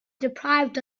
deprived